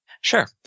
Sure